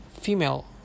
female